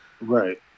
Right